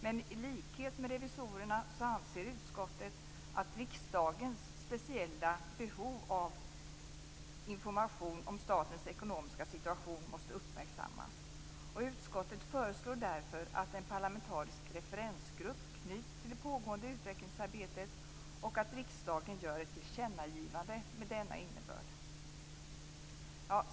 Men i likhet med revisorerna anser utskottet att riksdagens speciella behov av information om statens ekonomiska situation måste uppmärksammas. Utskottet föreslår därför att en parlamentarisk referensgrupp knyts till det pågående utvecklingsarbetet och att riksdagen gör ett tillkännagivande med denna innebörd.